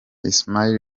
ismaila